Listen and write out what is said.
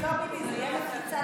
זה יהיה מפוצץ,